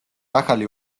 ახალი